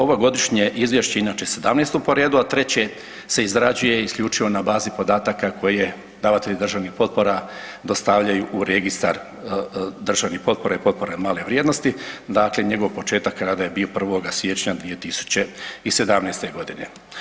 Ovo Godišnje izvješće, inače 17. po redu, a 3. se izrađuje isključivo na bazi podataka koje davatelji državnih potpora dostavljaju u Registar državnih potpora i potpora male vrijednosti, dakle njegov početak rada je bio 1. siječnja 2017. godine.